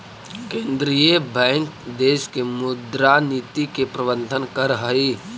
केंद्रीय बैंक देश के मुद्रा नीति के प्रबंधन करऽ हइ